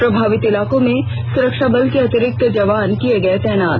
प्रभावित इलाकों में सुरक्षा बल के अतिरिक्त जवान किये गये तैनात